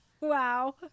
wow